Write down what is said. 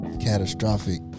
catastrophic